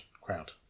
crowd